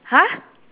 !huh!